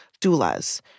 Doulas